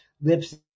Lips